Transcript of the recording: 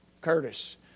Curtis